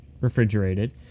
refrigerated